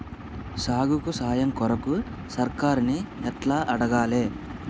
సాగుకు సాయం కొరకు సర్కారుని ఎట్ల అడగాలే?